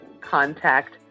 Contact